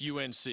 UNC